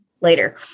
later